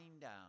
down